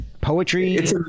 poetry